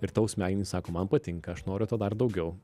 ir tau smegenys sako man patinka aš noriu to dar daugiau